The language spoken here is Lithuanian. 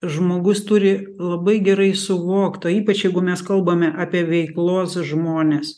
žmogus turi labai gerai suvokt ypač jeigu mes kalbame apie veiklos žmones